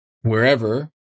wherever